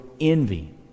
envy